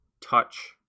touch